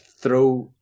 throw